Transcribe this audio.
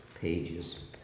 pages